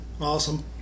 Awesome